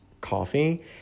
coffee